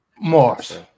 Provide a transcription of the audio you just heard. Mars